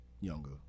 younger